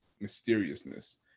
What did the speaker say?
mysteriousness